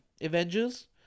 Avengers